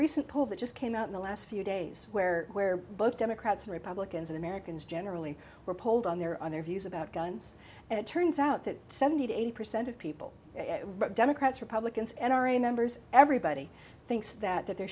recent poll that just came out in the last few days where where both democrats and republicans americans generally were polled on their own their views about guns and it turns out that seventy to eighty percent of people democrats republicans n r a members everybody thinks that that there